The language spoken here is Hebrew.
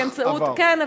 כן,